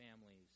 families